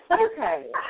Okay